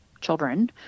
children